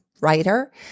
writer